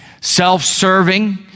self-serving